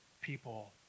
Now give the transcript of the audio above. people